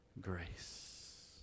grace